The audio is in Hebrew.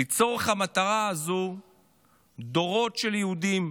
לצורך המטרה הזו דורות של יהודים